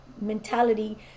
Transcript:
mentality